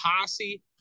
posse